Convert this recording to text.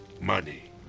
money